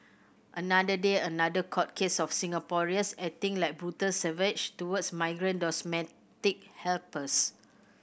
another day another court case of Singaporeans acting like brutal savage towards migrant domestic helpers